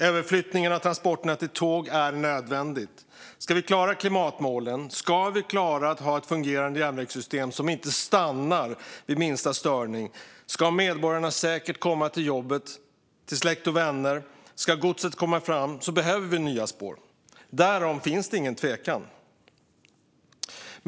Överflyttningen av transporter till tåg är nödvändig. Om vi ska klara klimatmålen, om vi ska klara att ha ett fungerande järnvägssystem som inte stannar vid minsta störning, om medborgarna säkert ska komma till jobbet eller till släkt och vänner och om godset ska komma fram behöver vi nya spår. Därom finns ingen tvekan.